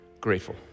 grateful